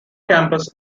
campus